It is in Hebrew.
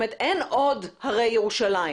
באמת, אין עוד הרי ירושלים.